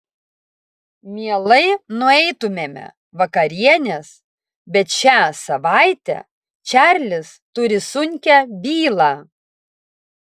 mielai nueitumėme vakarienės bet šią savaitę čarlis turi sunkią bylą